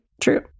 true